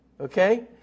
okay